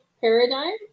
paradigm